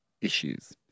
issues